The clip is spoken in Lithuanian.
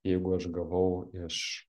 jeigu aš gavau iš